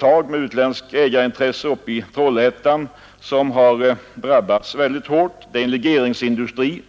Jag kan nämna ett företag i Trollhättan med utländska ägarintressen. Det är ett företag inom legeringsindustrin